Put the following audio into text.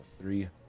three